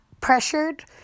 pressured